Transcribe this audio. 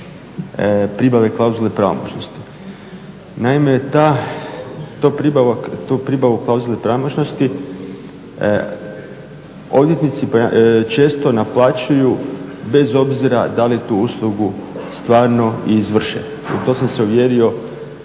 pribave klauzule pravomoćnosti. Naime, tu pribavu klauzule pravomoćnosti odvjetnici često naplaćuju bez obzira da li tu uslugu stvarno i izvrše. U to sam se uvjerio